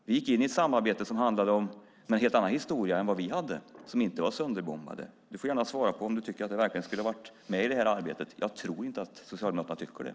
Vi gick in i ett samarbete som handlade om en helt annan historia än vi hade som inte var sönderbombade. Du får gärna svara på om du tycker att vi verkligen skulle ha varit med i det arbetet. Jag tror inte att Socialdemokraterna tycker så.